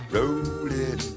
rolling